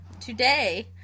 today